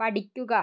പഠിക്കുക